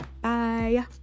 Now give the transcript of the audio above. bye